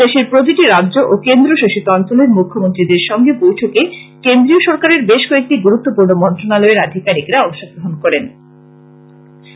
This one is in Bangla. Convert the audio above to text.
দেশের প্রতিটি রাজ্য ও কেন্দ্রশাসিত অঞ্চলের মৃখ্যমন্ত্রী সহ বৈঠকে কেন্দ্রীয় সরকারের বেশ কয়েকটি গুরুত্বপূর্ন মন্ত্রনালয়ের আধিকারীকরা অংশগ্রহন করেন